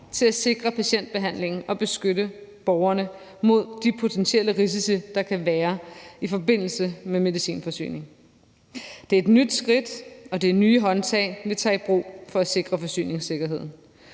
til at sikre patientbehandlingen og beskytte borgerne mod de potentielle risici, der kan være i forbindelse med medicinforsyning. Det er et nyt skridt, og det er nye håndtag, vi tager i brug for at sikre forsyningssikkerheden.